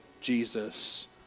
Jesus